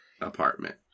apartment